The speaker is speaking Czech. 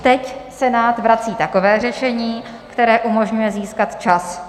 Teď Senát vrací takové řešení, které umožňuje získat čas.